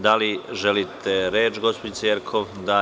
Da li želite reč gospođice Jerkov? (Da)